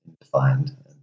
defined